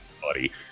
buddy